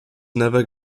never